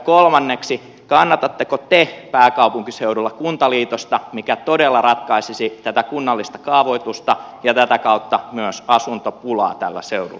kolmanneksi kannatatteko te pääkaupunkiseudulla kuntaliitosta mikä todella ratkaisisi tätä kunnallista kaavoitusta ja tätä kautta myös asuntopulaa tällä seudulla